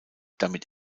damit